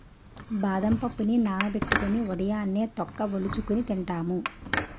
బాదం పప్పుని నానబెట్టుకొని ఉదయాన్నే తొక్క వలుచుకొని తింటాము